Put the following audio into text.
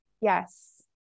yes